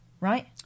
right